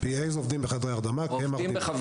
P.A עובדים בחדרי הרדמה כמרדימים.